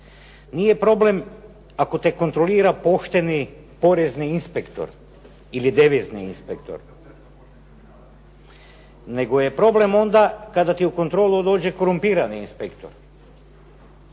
Nije problem ako te kontrolira pošteni porezni inspektor ili devizni inspektor. Nego je problem onda kada ti u kontrolu dođe korumpirani inspektor.